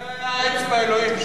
זה היה אצבע אלוהים,